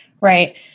right